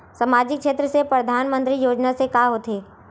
सामजिक क्षेत्र से परधानमंतरी योजना से का होथे?